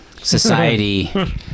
Society